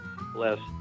bless